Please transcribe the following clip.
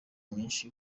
nyinshi